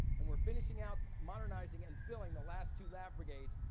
and we're finishing out modernizing and filling the last two lav brigades.